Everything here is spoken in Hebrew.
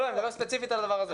לא, אני מדבר ספציפית על הדבר הזה.